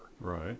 Right